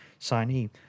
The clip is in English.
signee